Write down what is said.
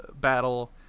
battle